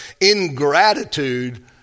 ingratitude